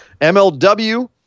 MLW